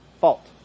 fault